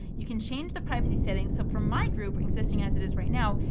you can change the privacy settings. so from my group, existing as it is right now,